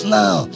now